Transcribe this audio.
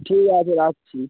ঠিক আছে রাখছি